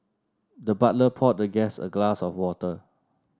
the butler poured the guest a glass of water